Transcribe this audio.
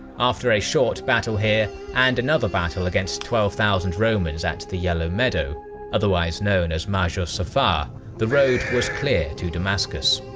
after a short battle here and another battle against twelve thousand romans at the yellow meadow otherwise known as marj-us-suffar the road was clear to damascus.